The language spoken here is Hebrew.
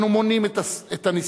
אנו מונים את הנספים,